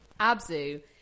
Abzu